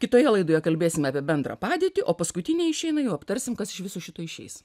kitoje laidoje kalbėsim apie bendrą padėtį o paskutinėj išeina jau aptarsim kas iš viso šito išeis